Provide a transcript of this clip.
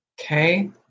Okay